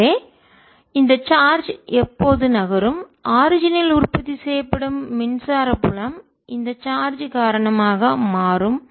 எனவே இந்த சார்ஜ் எப்போது நகரும் ஆரிஜின் தோற்றம் ல் உற்பத்தி செய்யப்படும் மின்சார புலம் இந்த சார்ஜ் காரணமாக மாறும்